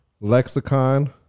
Lexicon